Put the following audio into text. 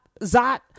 zot